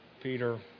Peter